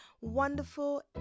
wonderful